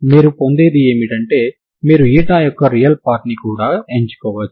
మీరు పొందేది ఏమిటంటే మీరు యొక్క రియల్ పార్ట్ ని కూడా ఎంచుకోవచ్చు